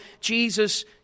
Jesus